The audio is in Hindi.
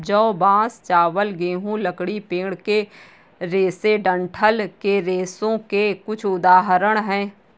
जौ, बांस, चावल, गेहूं, लकड़ी, पेड़ के रेशे डंठल के रेशों के कुछ उदाहरण हैं